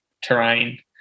terrain